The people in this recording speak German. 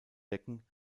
decken